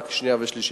שנייה ושלישית.